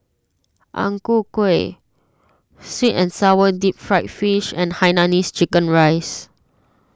Ang Ku Kueh Sweet and Sour Deep Fried Fish and Hainanese Chicken Rice